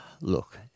Look